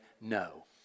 no